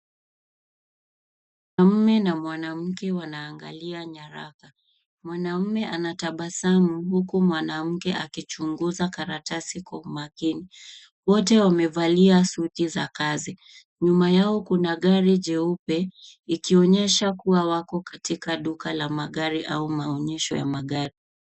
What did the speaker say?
Mwanaume na mwanamke wanaangalia nyaraka. Mwanaume anatabasamu huku mwanamke akichunguza karatasi kwa umakini. Wote wamevalia suti za kazi. Nyuma yao kuna gari jeupe likionyesha kuwa wako katika duka la magari au maonyesho ya magari .